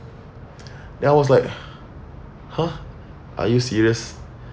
then I was like !huh! are you serious